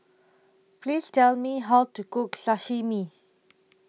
Please Tell Me How to Cook Sashimi